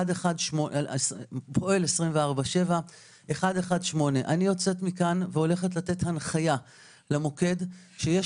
118. אני יוצאת מכאן והולכת לתת הנחיה למוקד שיש